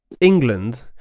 England